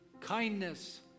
kindness